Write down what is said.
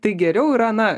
tai geriau yra na